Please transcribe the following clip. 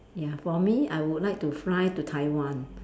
ya for me I would like to fly to Taiwan